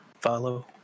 follow